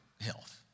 health